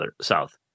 south